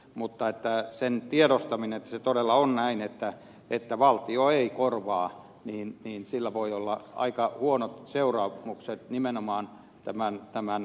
mutta sen tiedostamisella että se todella on näin että valtio ei korvaa voi olla aika huonot seuraamukset nimenomaan tämän